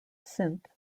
synth